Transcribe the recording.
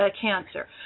Cancer